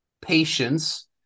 patience